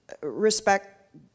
respect